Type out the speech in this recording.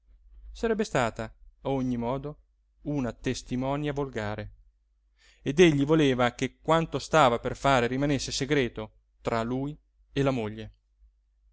sarebbe stata a ogni modo una testimonia volgare ed egli voleva che quanto stava per fare rimanesse segreto tra lui e la moglie